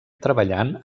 treballant